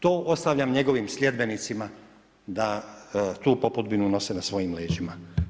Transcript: To ostavljam njegovim sljedbenicima da tu popudbinu nose na svojim leđima.